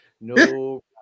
No